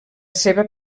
seva